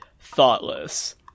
thoughtless